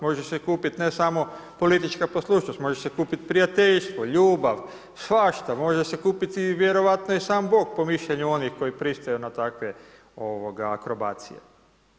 Može se kupiti ne samo politička poslušnost, može se kupiti prijateljstvo, ljubav, svašta, može se kupiti vjerojatno i sam Bog po mišljenju onih koji pristaju na takve akrobacije.